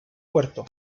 puerto